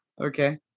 Okay